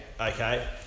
Okay